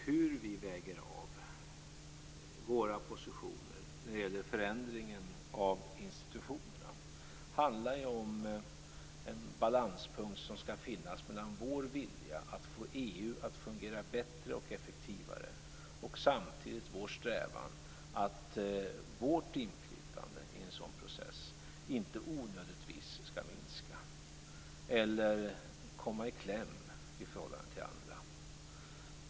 Hur vi väger av våra positioner när det gäller förändringen av institutionerna handlar om en balanspunkt som skall finnas mellan vår vilja att få EU att fungera bättre och effektivare och vår strävan att vårt inflytande i en sådan process inte onödigtvis skall minska eller komma i kläm i förhållande till andra.